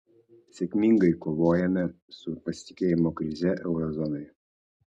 sėkmingai kovojome su pasitikėjimo krize euro zonoje